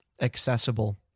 accessible